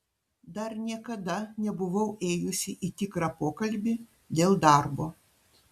dar niekada nebuvau ėjusi į tikrą pokalbį dėl darbo